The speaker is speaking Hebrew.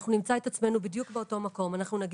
אנחנו נמצא את עצמנו בדיוק באותו מקום.